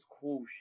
cool